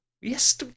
Yes